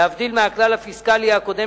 להבדיל מהכלל הפיסקלי הקודם,